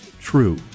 true